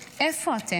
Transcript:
איפה אתם?